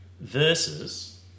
versus